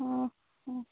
অঁ অঁ